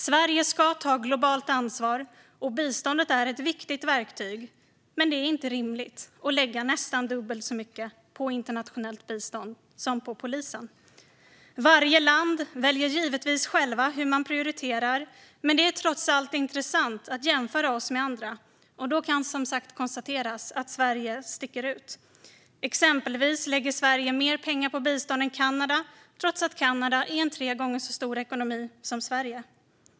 Sverige ska ta globalt ansvar, och biståndet är ett viktigt verktyg. Men det är inte rimligt att lägga nästan dubbelt så mycket på internationellt bistånd som på polisen. Varje land väljer givetvis självt hur man prioriterar, men det är trots allt intressant att jämföra oss med andra. Då kan man som sagt konstatera att Sverige sticker ut. Exempelvis lägger Sverige mer pengar på bistånd än Kanada, trots att Kanada är en tre gånger så stor ekonomi som Sverige.